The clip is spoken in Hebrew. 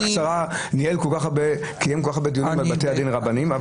קצרה קיים כל כך הרבה דיונים על בתי הדין הרבניים --- זה נהדר,